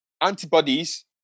antibodies